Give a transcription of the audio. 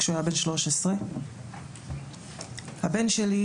כשהוא היה בן 13. הבן שלי,